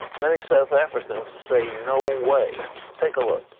many south africans say no way. take a look.